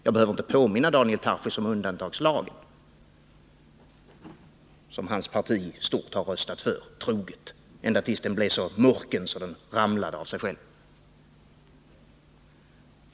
Jag behöver inte påminna Daniel Tarschys om undantagslagen, som hans parti i stort troget har röstat för, ända tills den blev så murken att den föll av sig själv.